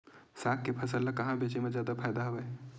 साग के फसल ल कहां बेचे म जादा फ़ायदा हवय?